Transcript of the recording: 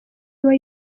aba